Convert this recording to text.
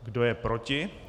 Kdo je proti?